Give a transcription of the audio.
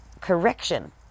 correction